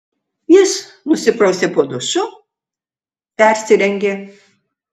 jis nusiprausė po dušu persirengė